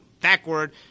backward